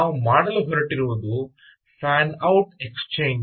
ನಾವು ಮಾಡಲು ಹೊರಟಿರುವುದು ಫ್ಯಾನ್ ಔಟ್ ಎಕ್ಸ್ಚೇಂಜ್